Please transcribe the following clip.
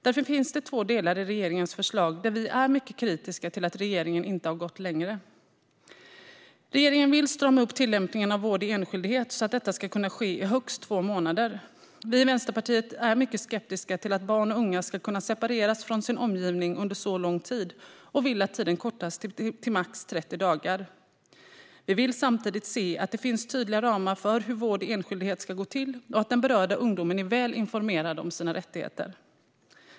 Därför finns det två delar i regeringens förslag där vi är mycket kritiska till att regeringen inte har gått längre. Regeringen vill strama upp tillämpningen av vård i enskildhet så att den ska kunna ske i högst två månader. Vi i Vänsterpartiet är mycket skeptiska till att barn och unga ska kunna separeras från sin omgivning under så lång tid och vill att tiden kortas till max 30 dagar. Vi vill samtidigt se att det finns tydliga ramar för hur vård i enskildhet ska gå till och att den berörda ungdomen är väl informerad om sina rättigheter.